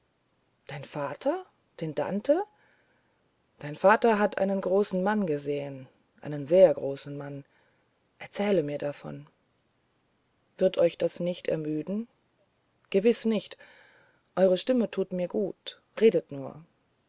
dein vater den dante dein vater hat einen großen mann gesehen einen sehr großen mann erzähle mir davon wird euch das nicht ermüden gewiß nicht eure stimme tut mir gut redet nur